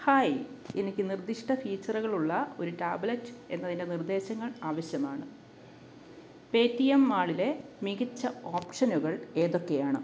hi എനിക്ക് നിർദ്ദിഷ്ട ഫീച്ചറുകളുള്ള ഒരു ടാബ്ലറ്റ് എന്നതിന് നിർദ്ദേശങ്ങൾ ആവശ്യമാണ് പേ ടി എം മാളിലെ മികച്ച ഓപ്ഷനുകൾ ഏതൊക്കെയാണ്